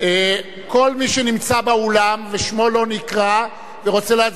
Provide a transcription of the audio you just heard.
כל מי שנמצא באולם ושמו לא נקרא ורוצה להצביע,